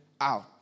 out